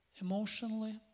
emotionally